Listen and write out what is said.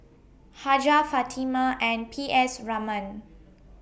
Hajjah Fatimah and P S Raman